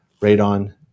radon